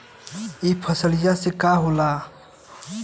ई फसलिया से का होला?